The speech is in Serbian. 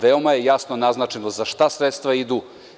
Veoma je jasno naznačeno za šta sredstva idu.